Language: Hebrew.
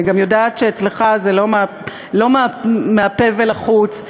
אני גם יודעת שאצלך זה לא מהפה ולחוץ,